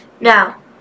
now